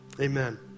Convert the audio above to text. amen